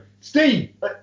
Steve